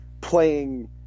playing